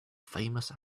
famous